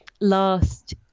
last